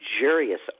luxurious